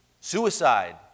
suicide